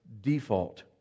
default